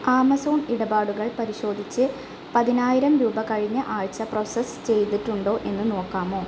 Amazon ഇടപാടുകൾ പരിശോധിച്ച് പതിനായിരം രൂപ കഴിഞ്ഞ ആഴ്ച്ച പ്രൊസസ്സ് ചെയ്തിട്ടുണ്ടോ എന്ന് നോക്കാമോ